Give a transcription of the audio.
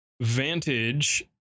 Vantage